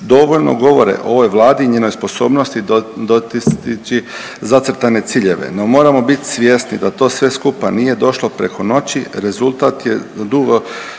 dovoljno govore o ovoj Vladi i njenoj sposobnosti dostići zacrtane ciljeve. No, moramo biti svjesni da to sve skupa nije došlo preko noći, rezultat je dugoročnog